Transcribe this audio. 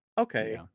okay